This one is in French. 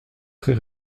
très